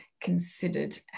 considered